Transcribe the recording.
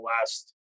last